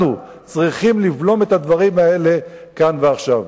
אנחנו צריכים לבלום את הדברים האלה כאן ועכשיו.